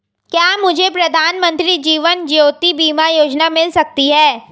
क्या मुझे प्रधानमंत्री जीवन ज्योति बीमा योजना मिल सकती है?